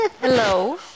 Hello